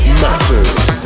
matters